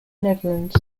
netherlands